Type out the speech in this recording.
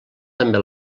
també